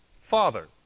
Father